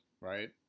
right